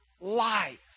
life